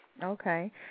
Okay